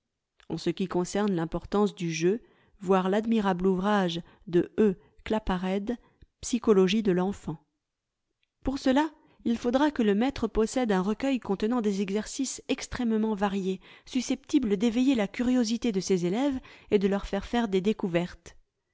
pour cela il faudra que le maître possède un recueil contenant des exercices extrêmement variés susceptibles d'éveiller la curiosité de ses élèves et de leur faire faire des découvertes